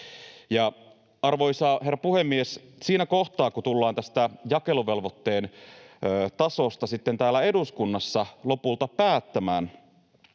Arvoisa herra puhemies! Siinä kohtaa, kun tullaan tästä jakeluvelvoitteen tasosta sitten täällä eduskunnassa lopulta päättämään,